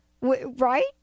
Right